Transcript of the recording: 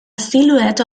silhouette